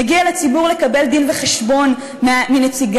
מגיע לציבור לקבל דין-וחשבון מנציגיו.